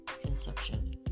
conception